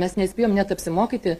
mes nespėjom net apsimokyti